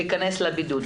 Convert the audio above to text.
להיכנס לבידוד.